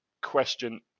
question